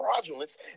fraudulence